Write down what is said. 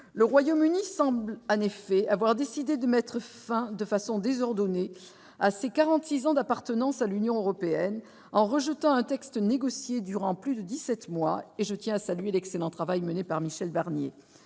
Le Royaume-Uni semble en effet avoir décidé de mettre fin de façon désordonnée à ses quarante-six ans d'appartenance à l'Union européenne, en rejetant un texte négocié durant plus de dix-sept mois ; je tiens, à cet égard, à saluer l'excellent travail mené par Michel Barnier.